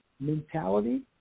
mentality